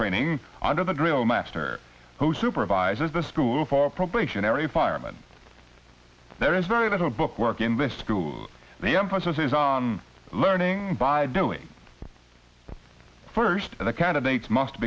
training under the drill master who supervises the school for probationary firemen there is very little book work in this school the emphasis is on learning by doing first the candidates must